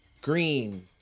green